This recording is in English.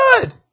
good